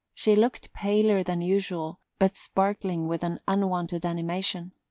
she looked paler than usual, but sparkling with an unwonted animation.